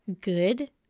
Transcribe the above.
good